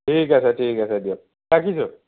ঠিক আছে ঠিক আছে দিয়ক ৰাখিছোঁ